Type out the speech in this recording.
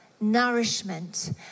nourishment